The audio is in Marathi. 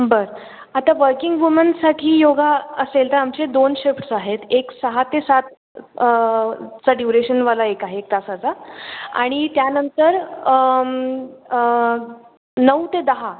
बरं आता वर्किंग वुमनसाठी योग असेल त आमचे दोन शिफ्ट्स आहेत एक सहा ते सात चा ड्युरेशनवाला एक आहे एक तासाचा आणि त्यानंतर नऊ ते दहा